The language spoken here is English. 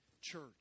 church